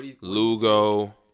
Lugo